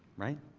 right